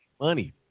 money